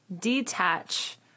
detach